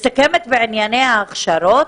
מסתכמת בענייני ההכשרות.